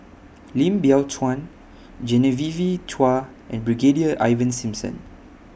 Lim Biow Chuan Genevieve Chua and Brigadier Ivan Simson